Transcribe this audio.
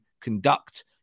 conduct